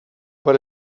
per